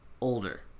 older